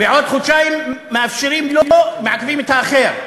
בעוד חודשיים מאפשרים לו, מעכבים את האחר,